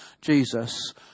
Jesus